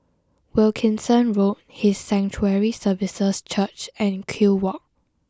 Wilkinson Road His Sanctuary Services Church and Kew Walk